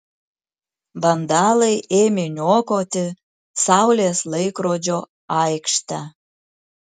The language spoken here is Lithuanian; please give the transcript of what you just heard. vandalai ėmė niokoti saulės laikrodžio aikštę